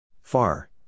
Far